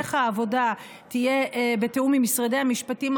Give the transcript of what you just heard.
המשך העבודה יהיה בתיאום עם משרדי המשפטים,